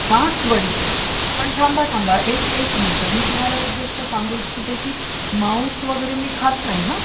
मास वडी पण थांबा थांबा एक एक मिणटं मी तुम्हाला एक गोष्ट सांगू इच्छिते की मांस वगैरे मी खात नाही हं